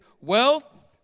wealth